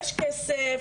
יש כסף,